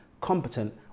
competent